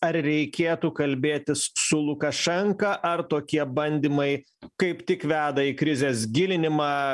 ar reikėtų kalbėtis su lukašenka ar tokie bandymai kaip tik veda į krizės gilinimą